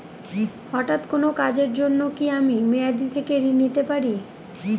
হঠাৎ কোন কাজের জন্য কি আমি মেয়াদী থেকে ঋণ নিতে পারি?